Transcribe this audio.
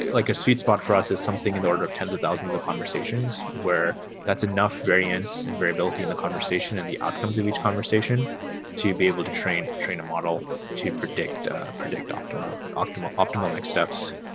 like a sweet spot for us is something in the order of tens of thousands of conversations where that's enough variance and variability in the conversation and the outcomes of each conversation to be able to train train a model to predict or predict optimal but optimal next steps.